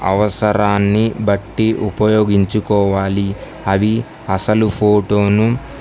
అవసరాన్ని బట్టి ఉపయోగించుకోవాలి అవి అసలు ఫోటోను